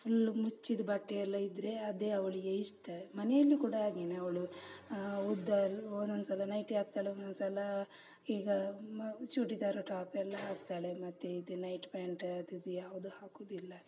full ಮುಚ್ಚಿದ್ದ ಬಟ್ಟೆಯೆಲ್ಲ ಇದ್ದರೆ ಅದೇ ಅವಳಿಗೆ ಇಷ್ಟ ಮನೆಯಲ್ಲಿ ಕೂಡ ಹಾಗೆಯೇ ಅವಳು ಉದ್ದ ಒಂದೊಂದು ಸಲ ನೈಟಿ ಹಾಕ್ತಾಳೆ ಒಂದೊಂದು ಸಲ ಈಗ ಮ ಚೂಡಿದಾರ್ ಟಾಪ್ ಎಲ್ಲ ಹಾಕ್ತಾಳೆ ಮತ್ತು ಇದು ನೈಟ್ ಪ್ಯಾಂಟ್ ಅದು ಇದು ಯಾವುದು ಹಾಕುವುದಿಲ್ಲ